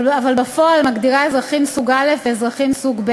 אבל גם לחשודים בעבירות ביטחון יש זכויות.